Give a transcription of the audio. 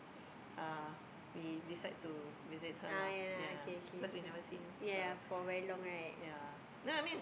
ah we decide to visit her lah yeah becuase we never seen her yeah no I mean